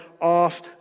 off